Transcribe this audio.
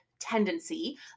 Tendency